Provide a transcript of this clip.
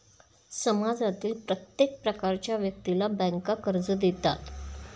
समाजातील प्रत्येक प्रकारच्या व्यक्तीला बँका कर्ज देतात